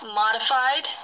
modified